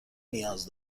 نیاز